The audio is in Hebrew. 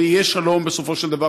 ויהיה שלום בסופו של דבר,